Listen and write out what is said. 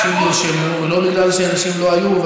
אנשים נרשמו ולא בגלל שאנשים לא היו,